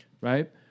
Right